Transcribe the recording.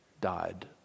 died